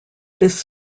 this